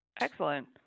Excellent